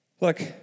look